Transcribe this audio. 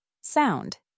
Sound